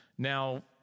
Now